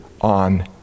on